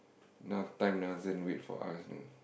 now time doesn't wait for us you know